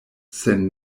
sen